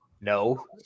No